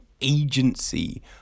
agency